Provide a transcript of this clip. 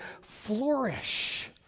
flourish